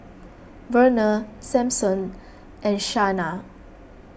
Verner Sampson and Shaina